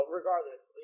regardless